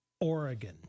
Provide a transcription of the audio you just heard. Oregon